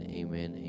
amen